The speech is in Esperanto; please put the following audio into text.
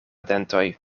dentoj